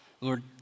Lord